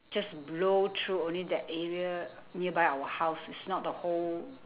just blow through only that area nearby our house it's not the whole